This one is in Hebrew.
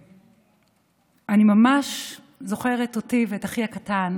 אני ממש זוכרת אותי ואת אחי הקטן,